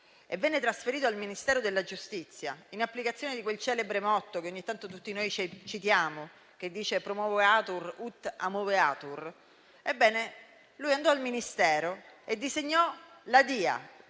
e venne trasferito al Ministero della giustizia in applicazione di quel celebre motto che ogni tanto tutti noi citiamo secondo cui *promoveatur ut amoveatur*, andò al Ministero e disegnò la